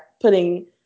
putting